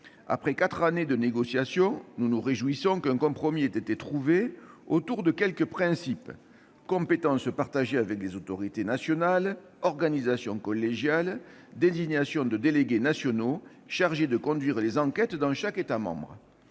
Après quatre années de négociation, nous nous réjouissons qu'un compromis ait été trouvé autour de quelques principes : compétence partagée avec les autorités nationales ; organisation collégiale ; désignation de délégués nationaux chargés de conduire les enquêtes dans chaque État membre.